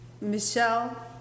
Michelle